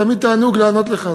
תמיד תענוג לענות לך,